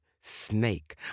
snake